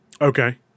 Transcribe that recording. Okay